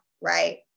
Right